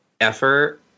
effort